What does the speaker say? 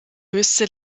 höchste